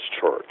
Church